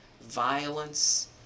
violence